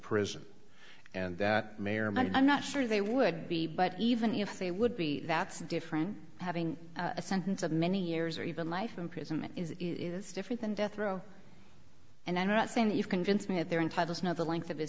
prison and that may or not i'm not sure they would be but even if they would be that's a different having a sentence of many years or even life imprisonment is it is different than death row and i'm not saying that you convince me that they're entitled to know the length of